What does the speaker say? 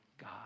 God